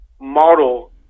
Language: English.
model